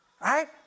Right